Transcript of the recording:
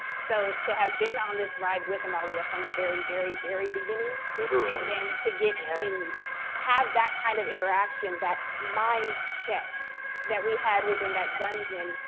so to have been on this ride with amalia from the very, very, very beginning. literally. and then, to get to and have that kind of interaction that mind chess that we had within that dungeon.